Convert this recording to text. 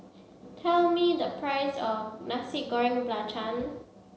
tell me the price of Nasi Goreng Belacan